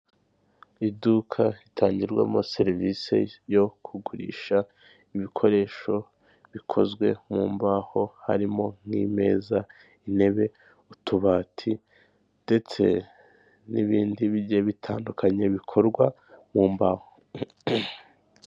Iduka ritangirwamo serivise yo kugurisha ibikoresho bikozwe mu mbaho, harimo nk'imeza, intebe, utubati, ndetse n'ibindi bigiye bitandukanye, bikorwa mu mbaho.